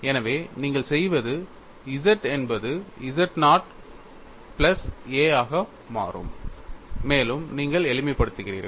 எனவே நீங்கள் செய்வது z என்பது z நாட் பிளஸ் a ஆக மாறும் மேலும் நீங்கள் எளிமைப்படுத்துகிறீர்கள்